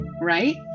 right